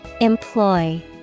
Employ